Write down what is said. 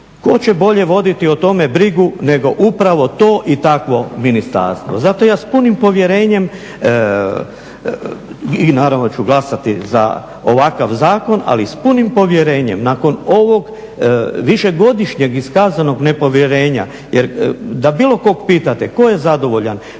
Tko će bolje voditi o tome brigu nego upravo to i takvo ministarstvo. Zato ja s punim povjerenjem i naravno da ću glasati za ovakav zakon, ali s punim povjerenjem nakon ovog višegodišnjeg iskazanog nepovjerenja jer da bilo kog pitate tko je zadovoljan